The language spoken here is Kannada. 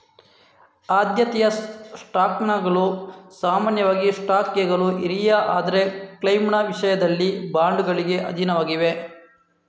ಆದ್ಯತೆಯ ಸ್ಟಾಕ್ಗಳು ಸಾಮಾನ್ಯ ಸ್ಟಾಕ್ಗೆ ಹಿರಿಯ ಆದರೆ ಕ್ಲೈಮ್ನ ವಿಷಯದಲ್ಲಿ ಬಾಂಡುಗಳಿಗೆ ಅಧೀನವಾಗಿದೆ